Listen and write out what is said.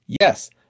Yes